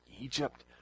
Egypt